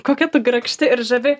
kokia tu grakšti ir žavi